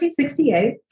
1968